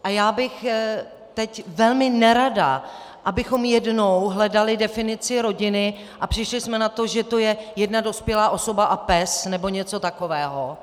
A já bych teď velmi nerada, abychom jednou hledali definici rodiny a přišli na to, že to je jedna dospělá osoba a pes nebo něco takového.